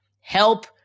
Help